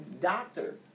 doctor